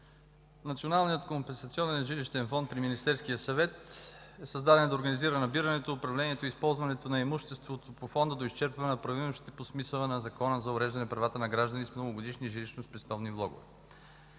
Националният компенсационен жилищен фонд при Министерския съвет е създаден да организира набирането, управлението и използването на имуществото по Фонда до изчерпване на правоимащите по смисъла на Закона за уреждане правата на гражданите с многогодишни жилищно-спестовни влогове.